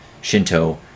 Shinto